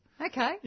Okay